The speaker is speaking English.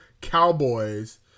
Cowboys